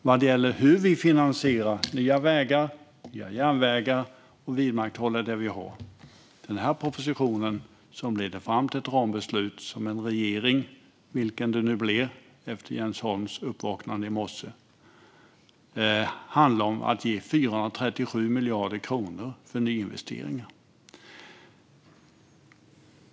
Vad gäller hur vi finansierar nya vägar och järnvägar och vidmakthåller de vi har leder den här propositionen fram till ett rambeslut som handlar om att en regering, vilken det nu blir efter Jens Holms uppvaknande i morse, ska ge 437 miljarder kronor för nyinvesteringar.